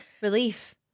Relief